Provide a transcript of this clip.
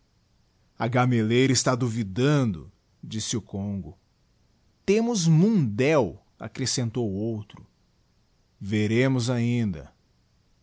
a gamelleira eôtá duvidando disse o congo temos mundéu accrescentou o outro veremos ainda